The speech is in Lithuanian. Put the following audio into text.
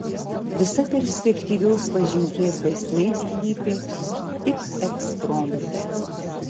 visa perspektyvios pažinties esmė slypi tik ekspromte